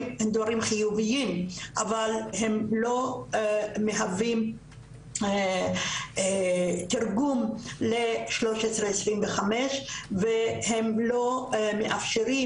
דברים חיוביים אבל הם לא מהווים תרגום ל-1325 והם לא מאפשרים